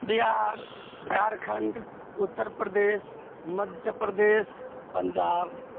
Bihar Jharkhand Uttar Pradesh Madhya Pradesh Punjab